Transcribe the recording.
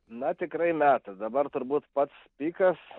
na tikrai metas dabar turbūt pats pikas